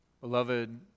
Beloved